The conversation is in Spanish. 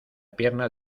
pierna